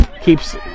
keeps